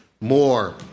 more